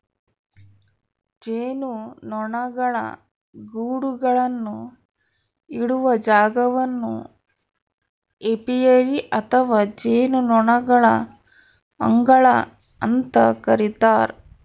ಜೇನುನೊಣಗಳ ಗೂಡುಗಳನ್ನು ಇಡುವ ಜಾಗವನ್ನು ಏಪಿಯರಿ ಅಥವಾ ಜೇನುನೊಣಗಳ ಅಂಗಳ ಅಂತ ಕರೀತಾರ